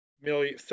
million